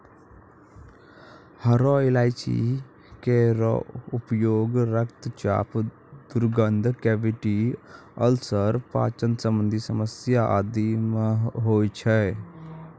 हरो इलायची केरो उपयोग रक्तचाप, दुर्गंध, कैविटी अल्सर, पाचन संबंधी समस्या आदि म होय छै